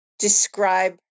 describe